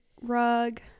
rug